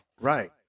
Right